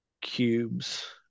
cubes